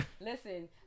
Listen